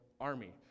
army